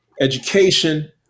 education